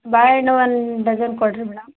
ಬಾಳೆ ಹಣ್ಣು ಒಂದು ಡಸನ್ ಕೊಡಿರಿ ಮೇಡಮ್